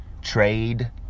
trade